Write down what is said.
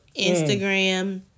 Instagram